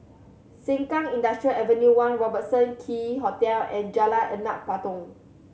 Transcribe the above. Sengkang Industrial Ave One Robertson Quay Hotel and Jalan Anak Patong